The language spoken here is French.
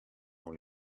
dans